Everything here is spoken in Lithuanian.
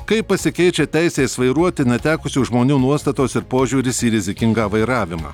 kai pasikeičia teisės vairuoti netekusių žmonių nuostatos ir požiūris į rizikingą vairavimą